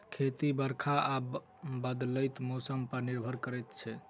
खेती बरखा आ बदलैत मौसम पर निर्भर करै छै